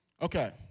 Okay